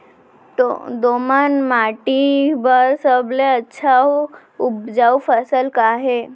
दोमट माटी बर सबले अच्छा अऊ उपजाऊ फसल का हे?